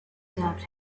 survived